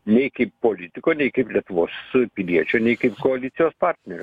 nei kaip politiko nei kaip lietuvos piliečio nei kaip koalicijos partnerio